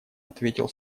ответил